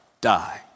die